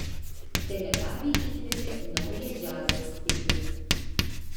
teletabiai įkvėpė naują džiazo stilių